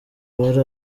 wari